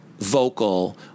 vocal